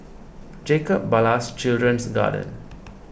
Jacob Ballas Children's Garden